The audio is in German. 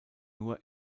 nur